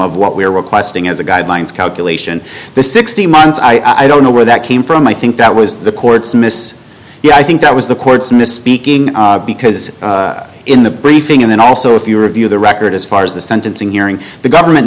of what we were requesting as the guidelines calculation the sixteen months i don't know where that came from i think that was the court's mis yeah i think that was the court's misspeaking because in the briefing and then also if you review the record as far as the sentencing hearing the government